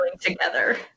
together